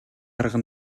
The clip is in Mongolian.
арга